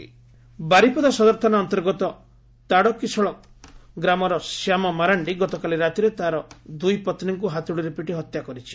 ହତ୍ୟାକାଣ୍ଡ ବାରିପଦା ସଦର ଥାନା ଅନ୍ତର୍ଗତ ତାଡ଼କିଶୋଳ ଗ୍ରାମର ଶ୍ୟାମ ମାଖଣ୍ଡି ଗତକାଲି ରାତିରେ ଦୁଇପତ୍ନୀଙ୍କୁ ହାତୁଡ଼ିରେ ପିଟି ହତ୍ୟା କରିଛି